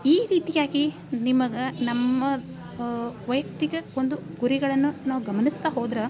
ಈ ರೀತಿಯಾಗಿ ನಿಮಗೆ ನಮ್ಮ ವೈಯಕ್ತಿಕ ಒಂದು ಗುರಿಗಳನ್ನು ನಾವು ಗಮನಿಸ್ತಾ ಹೋದ್ರೆ